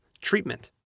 treatment